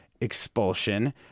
Expulsion